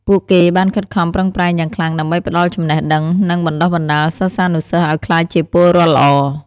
ពួកគេបានខិតខំប្រឹងប្រែងយ៉ាងខ្លាំងដើម្បីផ្តល់ចំណេះដឹង និងបណ្តុះបណ្តាលសិស្សានុសិស្សឱ្យក្លាយជាពលរដ្ឋល្អ។